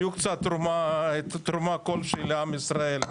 הייתה תרומה כלשהי לעם ישראל,